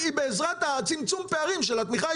בקשה.